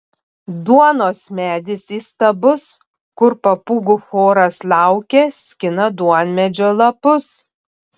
duonos medis įstabus kur papūgų choras laukia skina duonmedžio lapus